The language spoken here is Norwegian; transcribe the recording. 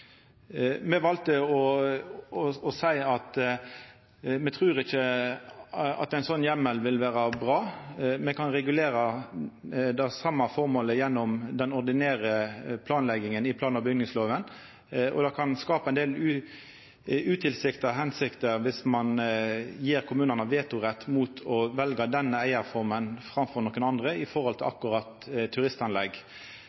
Me valde å seia at me ikkje trur ein slik heimel vil vera bra. Me kan regulera det same formålet gjennom den ordinære planlegginga i plan- og bygningslova, og det kan skapa ein del utilsikta hensikter om ein gjev kommunane vetorett mot å velja den eigarforma framfor andre